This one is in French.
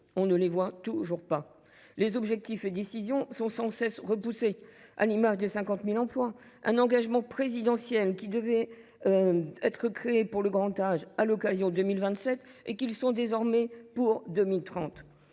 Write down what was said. On ne les voit toujours pas. Les objectifs et décisions sont sans cesse repoussés – à l’image des 50 000 emplois, un engagement présidentiel, qui devaient être créés pour le grand âge à horizon 2027 et qui sont désormais prévus